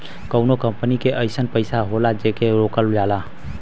कउनो कंपनी के अइसन पइसा होला जेके रोकल जाला